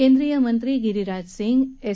केंद्रीय मंत्री गिरीराज सिंह एस